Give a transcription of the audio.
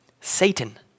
Satan